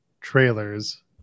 trailers